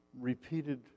repeated